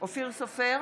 אופיר סופר,